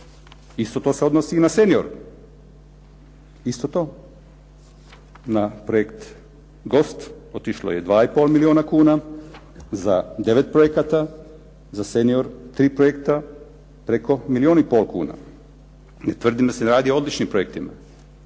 Isto to se odnosi i na senior, isto to. Na projekt "Gost" otišlo je 2,5 milijuna kuna za devet projekata, za senior tri projekta preko milijun i pol kuna. Ne tvrdim da se radi o odličnim projektima